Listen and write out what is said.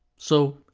so,